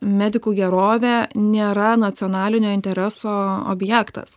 medikų gerovė nėra nacionalinio intereso objektas